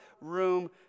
room